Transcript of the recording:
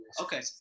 Okay